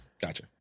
Gotcha